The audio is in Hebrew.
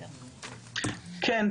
כן,